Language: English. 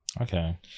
Okay